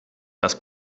das